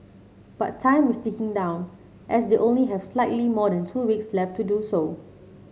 but time is ticking down as they only have slightly more than two weeks left to do so